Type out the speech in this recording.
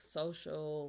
social